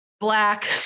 Black